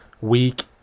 Week